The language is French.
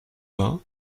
vingt